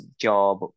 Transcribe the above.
job